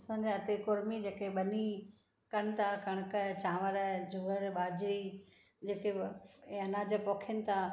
असांजा हिते कुर्मी जेके ॿनी कनि था कणिक चांवर जूअर ॿाजरी जेके उहे अनाज पोखीनि था